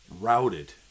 routed